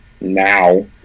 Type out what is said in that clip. now